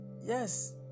yes